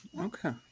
Okay